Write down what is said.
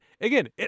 again